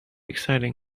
exciting